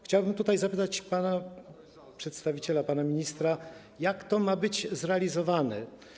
Chciałbym zapytać pana przedstawiciela, pana ministra, jak to ma być zrealizowane.